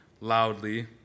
loudly